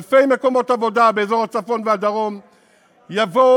אלפי מקומות עבודה בצפון ובדרום שיהפכו